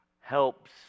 helps